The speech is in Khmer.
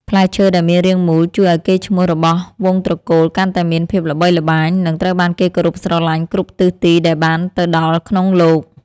ផ្លែឈើដែលមានរាងមូលជួយឱ្យកេរ្តិ៍ឈ្មោះរបស់វង្សត្រកូលកាន់តែមានភាពល្បីល្បាញ និង ត្រូវបានគេគោរពស្រឡាញ់គ្រប់ទិសទីដែលបានទៅដល់ក្នុងលោក។